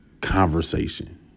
conversation